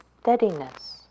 steadiness